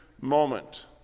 moment